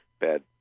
bad